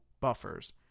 buffers